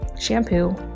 shampoo